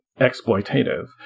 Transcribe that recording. exploitative